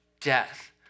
death